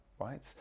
right